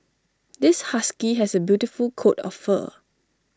this husky has A beautiful coat of fur